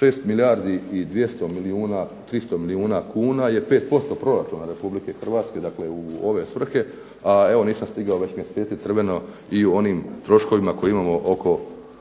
6 milijardi i 200 milijuna, 300 milijuna kuna je 5% proračuna Republike Hrvatske dakle u ove svrhe, a evo nisam stigao, već mi svijetli crveno, i u onim troškovima koje imamo oko